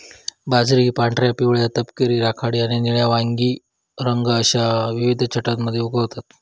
बाजरी पांढऱ्या, पिवळ्या, तपकिरी, राखाडी आणि निळ्या वांगी रंग अश्या विविध छटांमध्ये उगवतत